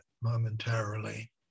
momentarily